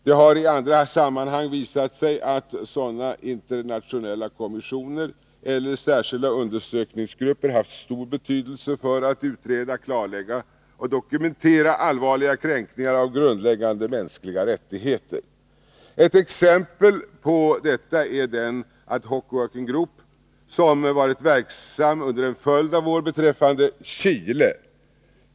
Det har i andra sammanhang visat sig att sådana internationella kommissioner eller särskilda undersökningsgrupper haft stor betydelse för att utreda, klarlägga och dokumentera allvarliga kränkningar av grundläggande mänskliga rättigheter. Ett exempel på detta är den Ad hoc working group som varit verksam under en följd av år beträffande Chile.